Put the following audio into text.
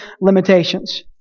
limitations